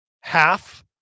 half